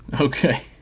Okay